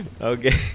Okay